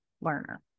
learner